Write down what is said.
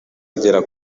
agera